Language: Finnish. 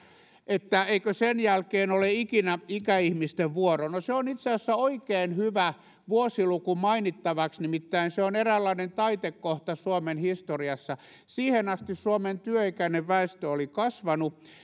että eikö sen jälkeen ole ikinä ikäihmisten vuoro no se on itse asiassa oikein hyvä vuosiluku mainittavaksi nimittäin se on eräänlainen taitekohta suomen historiassa siihen asti suomen työikäinen väestö oli kasvanut